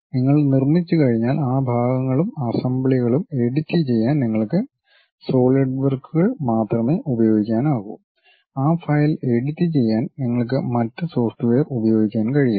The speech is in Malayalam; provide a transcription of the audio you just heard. നിങ്ങൾ നിർമ്മിച്ചുകഴിഞ്ഞാൽ ആ ഭാഗങ്ങളും അസംബ്ലികളും എഡിറ്റുചെയ്യാൻ നിങ്ങൾക്ക് സോളിഡ് വർക്കുകൾ മാത്രമേ ഉപയോഗിക്കാനാകൂ ആ ഫയൽ എഡിറ്റുചെയ്യാൻ നിങ്ങൾക്ക് മറ്റ് സോഫ്റ്റ്വെയർ ഉപയോഗിക്കാൻ കഴിയില്ല